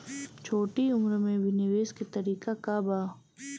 छोटी उम्र में भी निवेश के तरीका क बा?